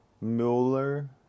Mueller